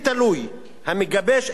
המגבש את מדיניותו,